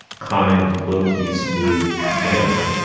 kind. loki's smooth manner.